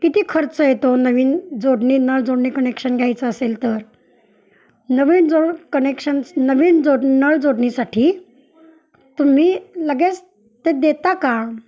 किती खर्च येतो नवीन जोडणी नळ जोडणी कनेक्शन घ्यायचं असेल तर नवीन जोड कनेक्शन्स नवीन जोड नळ जोडणीसाठी तुम्ही लगेच ते देता का